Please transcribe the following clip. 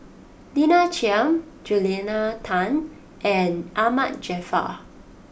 Lina Chiam Julia Tan and Ahmad Jaafar